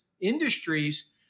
industries